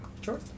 Sure